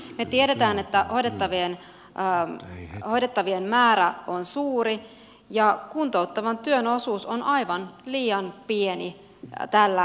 me tiedämme että hoidettavien määrä on suuri ja kuntouttavan työn osuus on aivan liian pieni tällä hetkellä